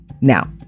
now